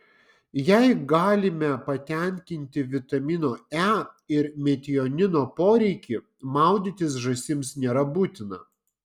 jei galime patenkinti vitamino e ir metionino poreikį maudytis žąsims nėra būtina